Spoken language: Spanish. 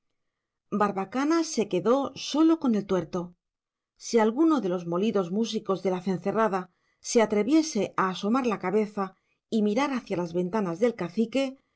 barbacana se quedó solo con el tuerto si alguno de los molidos músicos de la cencerrada se atreviese a asomar la cabeza y mirar hacia las ventanas del cacique